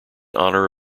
honour